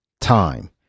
time